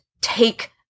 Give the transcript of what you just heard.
Take